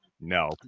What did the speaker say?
No